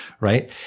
right